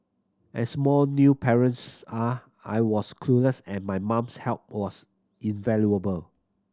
as more new parents are I was clueless and my mum's help was invaluable